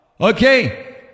Okay